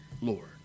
Lord